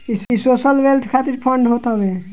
इ social wealth खातिर fund होत हवे